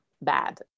bad